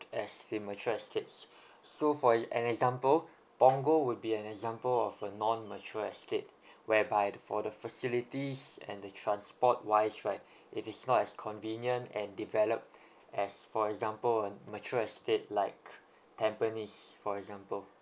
as the mature estates so for a~ an example punggol would be an example of a non mature estate whereby th~ for the facilities and the transport wise right it is not as convenient and developed as for example a mature estate like tampines for example